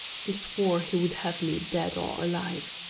he swore he would have me dead or alive.